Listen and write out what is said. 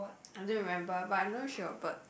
I don't remember but I know she'll but